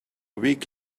week